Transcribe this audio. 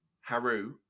Haru